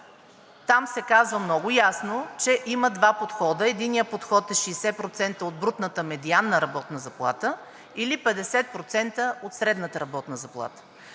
Там се казва много ясно, че има два подхода. Единият подход е 60% от брутната медианна работна заплата, или 50% от средната работна заплата.